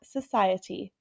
Society